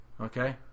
Okay